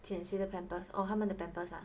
剑谁的 pampers oh 他们的 pampers uh